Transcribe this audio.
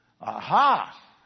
Aha